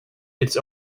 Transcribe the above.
its